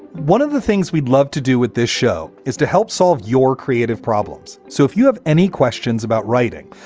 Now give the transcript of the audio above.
one of the things we'd love to do with this show is to help solve your creative problems. so if you have any questions about writing,